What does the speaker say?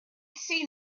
seen